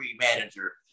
manager